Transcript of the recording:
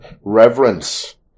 Reverence